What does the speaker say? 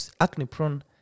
acne-prone